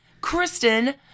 Kristen